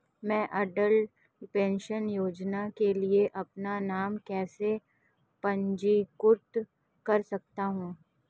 मैं अटल पेंशन योजना के लिए अपना नाम कैसे पंजीकृत कर सकता हूं?